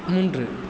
மூன்று